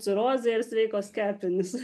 cirozė ir sveikos kepenys